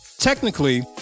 Technically